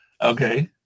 Okay